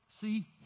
See